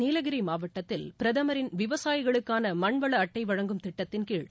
நீலகிரி மாவட்டத்தில் பிரதமரின் விவசாயிகளுக்கான மண்வள அட்டை வழங்கும் திட்டத்தின்கீழ்